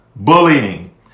Bullying